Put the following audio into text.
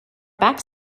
back